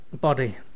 Body